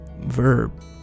Verb